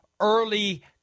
early